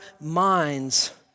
minds